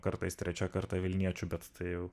kartais trečia kartą vilniečių bet tai